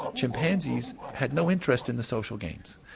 um chimpanzees had no interest in the social games.